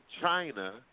China